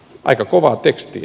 aika kovaa tekstiä